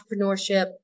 entrepreneurship